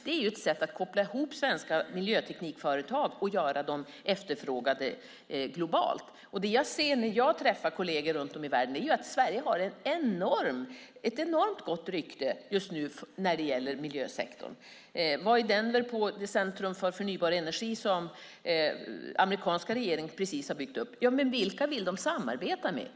Det är ett sätt att koppla ihop svenska miljöteknikföretag och göra dem efterfrågade globalt. Det jag ser när jag träffar kolleger runt om i världen är att Sverige just nu har ett enormt gott rykte i miljösektorn. Jag var i Denver på det centrum för förnybar energi som amerikanska regeringen precis har byggt upp. Vilka vill de samarbeta med?